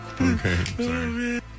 Okay